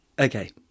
okay